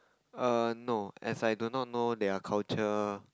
err no as I do not know their culture